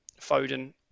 Foden